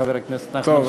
חבר הכנסת נחמן שי.